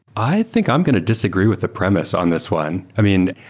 i think i'm going to disagree with the premise on this one. i mean,